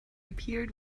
appeared